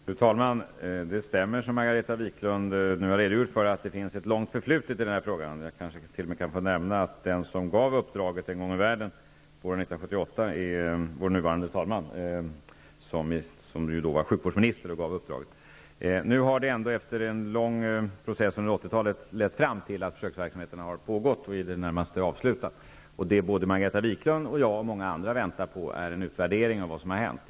Fru talman! Det är riktigt som Margareta Viklund säger att denna fråga har ett långt förflutet. Jag kan också nämna att den som våren 1978 gav uppdraget var vår nuvarande talman, som då var sjukvårdsminister. Nu har emellertid den långa processen lett fram till att vi har haft en försöksverksamhet som nu är i det närmaste avslutad. Vad Margareta Viklund, jag och många andra väntar på är nu en utvärdering av försöksverksamheten.